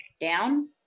down